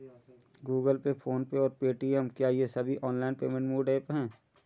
Google Pay PhonePe और Paytm क्या ये सभी ऑनलाइन पेमेंट मोड ऐप हैं?